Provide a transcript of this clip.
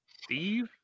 Steve